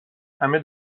همه